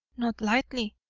not lightly,